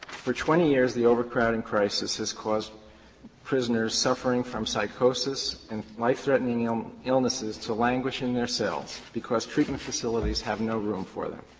for twenty years, the overcrowding crisis has caused prisoners suffering from psychosis and life-threatening yeah um illnesses to languish in their cells because treatment facilities have no room for them.